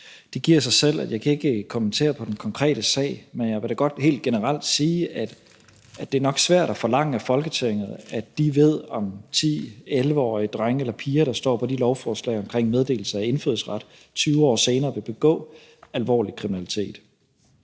Det giver sig selv, at jeg ikke kan kommentere på den konkrete sag, men jeg vil da godt helt generelt sige, at det nok er svært at forlange af Folketinget, at de ved, om de 10-11-årige drenge og piger, der står på de lovforslag om meddelelse af indfødsret, 20 år senere vil begå alvorlig kriminalitet.